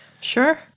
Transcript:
sure